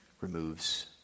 removes